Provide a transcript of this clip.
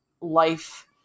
life